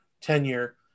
tenure